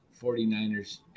49ers